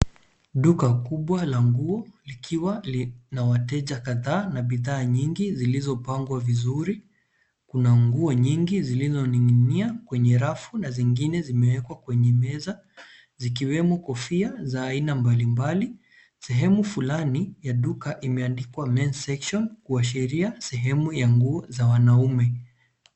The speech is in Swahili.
Duka kubwa la nguo likiwa na wateja kadhaa na bidhaa nyingi zilizopangwa vizuri. Kuna nguo nyingi zilizoning'inia kwenye rafu na zingine zimewekwa kwenye meza, zikiwemo kofia za aina mbalimbali. Sehemu fulani ya duka imeandikwa men's section kuashiria sehemu ya nguo za wanaume.